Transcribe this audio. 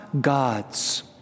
God's